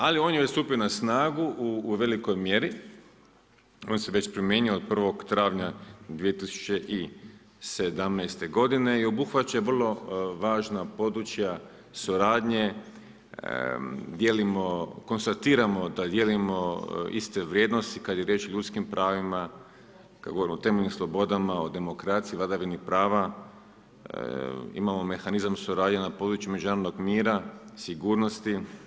Ali, on je nastupio na snagu u velikoj mjeri, on se već primjenjuje od 1. travnja 2017. g. i obuhvaća vrlo važna područja, suradnje, dijelimo, konstatiramo da dijelimo iste vrijednosti, kad je riječ o ljudskim pravima, kad govorimo o temeljnim slobodama, o demokraciji, vladavini prava, imamo mehanizam suradnje na području međunarodnog mira, sigurnosti.